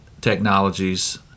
technologies